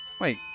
Wait